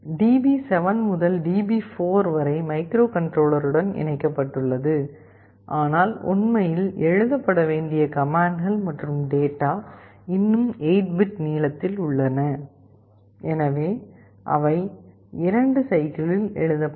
DB7 முதல் DB4 வரை மைக்ரோகண்ட்ரோலருடன் இணைக்கப்பட்டுள்ளது ஆனால் உண்மையில் எழுதப்பட வேண்டிய கம்மாண்ட்கள் மற்றும் டேட்டா இன்னும் 8 பிட் நீளத்தில் உள்ளன எனவே அவை 2 சைக்கிள்களில் எழுதப்படும்